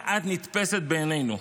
"כך את נתפסת בעינינו.